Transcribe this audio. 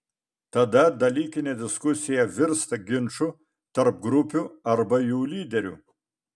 tada dalykinė diskusija virsta ginču tarp grupių arba jų lyderių